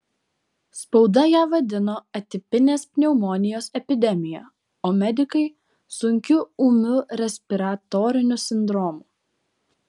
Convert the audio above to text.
spauda ją vadino atipinės pneumonijos epidemija o medikai sunkiu ūmiu respiratoriniu sindromu